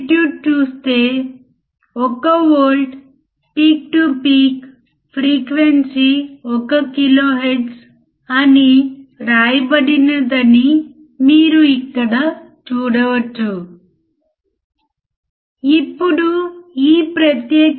5 కాబట్టి సుమారు 6 వోల్ట్ వస్తుంది ఎందుకంటే రెసిస్టర్ల విలువ లో మిస్మ్యాచింగ్ వలన రెసిస్టర్ల విలువలు కచ్చితంగా ఉండవు ఇది నేను మీకు ఇంతక ముందు చెప్పాను అందుకే